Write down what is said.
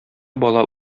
бала